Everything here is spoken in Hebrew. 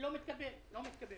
מתקבל על הדעת.